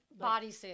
bodysuit